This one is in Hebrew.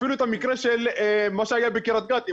ראינו את המקרה שהיה בקרית גת,